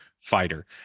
fighter